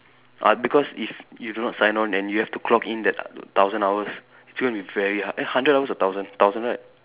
uh because if you do not sign on and you have to clock in that thousand hours it's going to be very hard eh hundred hours or thousand thousand right